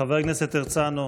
חבר הכנסת הרצנו,